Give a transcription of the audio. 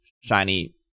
shiny